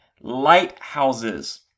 lighthouses